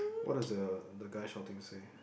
what does the the guy shouting say